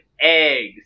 eggs